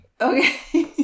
Okay